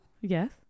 Yes